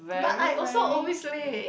but I also always late